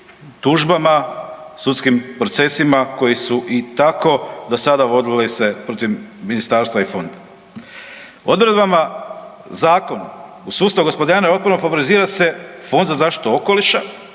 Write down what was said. tužbama, sudskim procesima koji su i tako do sada vodili se protiv ministarstva i fonda. Odredbama zakona sustav gospodarenja otpadom favorizira se Fond za zaštitu okoliša